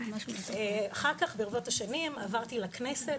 אחר כך ברבות השנים עברתי לכנסת,